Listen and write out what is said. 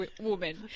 woman